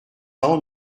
ans